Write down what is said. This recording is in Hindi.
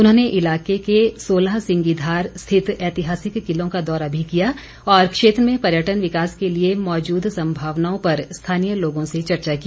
उन्होंने इलाके के सोलह सिंगी धार स्थित ऐतिहासिक किलों का दौरा भी किया और क्षेत्र में पर्यटन विकास के लिए मौजूद संभावनाओं पर स्थानीय लोगों से चर्चा की